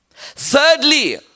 thirdly